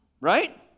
right